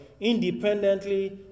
independently